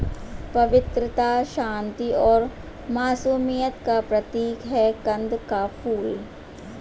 पवित्रता, शांति और मासूमियत का प्रतीक है कंद का फूल